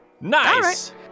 Nice